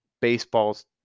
baseball's